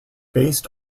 based